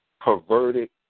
perverted